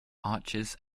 arches